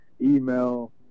email